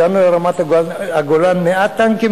הגענו לרמת-הגולן 100 טנקים,